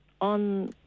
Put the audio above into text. on